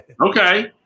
Okay